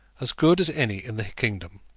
as good as any in the kingdom,